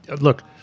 look